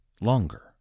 longer